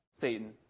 Satan